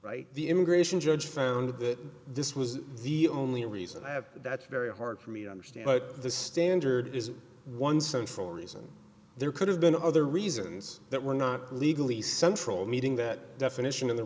why the immigration judge found that this was the only reason i have that's very hard for me to understand but the standard is one central reason there could have been other reasons that were not legally central meeting that definition in the